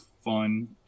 fun